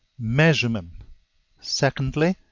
measurement secondly,